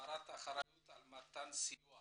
האחריות על מתן סיוע